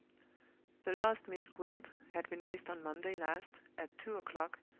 the lost miss gwilt had been missed on monday last, at two o'clock,